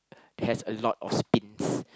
has a lot of spins